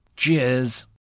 Cheers